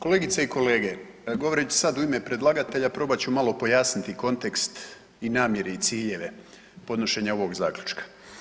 Kolegice i kolege, govoreći sad u ime predlagatelja probat ću malo pojasniti kontekst i namjere i ciljeve podnošenja ovog zaključka.